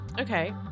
Okay